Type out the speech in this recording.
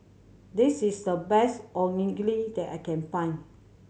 this is the best Onigiri that I can find